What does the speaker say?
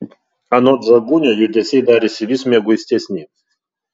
anot žagunio judesiai darėsi vis mieguistesni